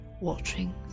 watching